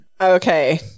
Okay